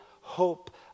hope